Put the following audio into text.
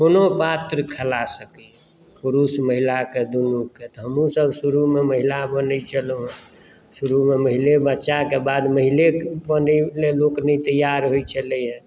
से कोनो पात्र खेला सकैया पुरुष महिलाके दुनूके तऽ हमहुँ सभ शुरूमे महिला बनै छलहुँ शुरूमे महिले बच्चाके बाद महिले बनयके लेल लोक नहि तैयार होइत छलै हँ